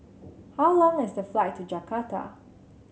how long is the flight to Jakarta